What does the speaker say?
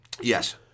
Yes